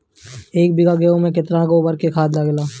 एक बीगहा गेहूं में केतना गोबर के खाद लागेला?